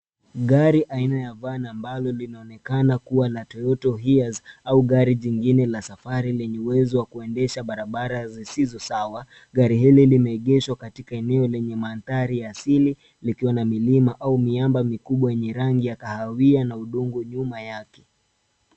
Gari aina ya van ambalo linaonekana kuwa la toyota hiance au gari jingine la safari lenye uwezo wa kuendeshwa barabara zisizo sawa. Gari hili limeegeshwa katika eneo lenye mandhari asili likiwa na milima au miamba mikubwa yenye rangi ya kahawia na udongo nyuma yake.